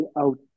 out